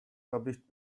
published